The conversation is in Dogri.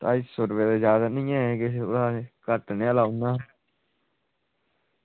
ढाई सौ रपेआ किश जादै निं ऐ थोह्ड़े घट्ट लाई ओड़ने हे